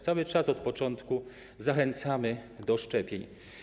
Cały czas, od początku zachęcamy do szczepień.